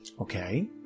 Okay